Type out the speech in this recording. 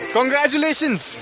Congratulations